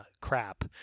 crap